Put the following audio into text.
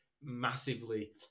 massively